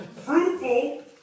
Fruitful